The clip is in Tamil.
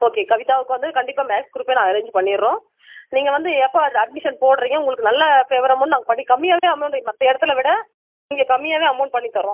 ஓகே கவிதாவுக்கு வந்து கண்டிப்பா மேக்ஸ் க்ரூப்பே நான் அரேஞ்சு பண்ணிவிடுறோம் நீங்கள் வந்து எப்போ அது அட்மிஷன் போடுகிறீங்க உங்களுக்கு நல்ல ஃபேவர் அமௌன்ட் நாங்கள் பண்ணி கம்மியாகவே அமௌன்ட்டு மற்ற இடத்துல விட இங்கே கம்மியாக தான் அமௌன்ட் பண்ணித் தரோம்